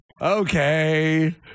Okay